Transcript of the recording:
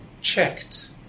checked